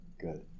good